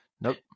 nope